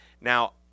now